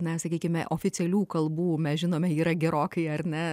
na sakykime oficialių kalbų mes žinome yra gerokai ar ne